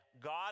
God